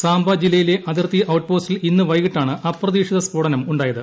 സാംബ ജില്ലയിലെ അതിർത്തി ഔട്ട്പോസ്റ്റിൽ ഇന്ന് വൈകിട്ടാണ് അപ്രതീക്ഷിത സ്ഫോടനമുണ്ടായത്